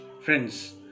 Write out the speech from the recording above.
Friends